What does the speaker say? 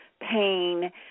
pain